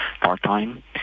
part-time